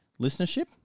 Listenership